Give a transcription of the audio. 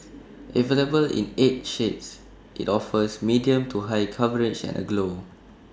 available in eight shades IT offers medium to high coverage and A glow